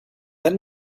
that